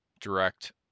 direct